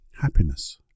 happiness